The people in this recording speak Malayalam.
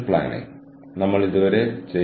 ഇപ്പോൾ നിങ്ങൾ അത് എങ്ങനെ ചെയ്യുന്നു